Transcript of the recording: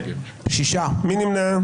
מי נמנע?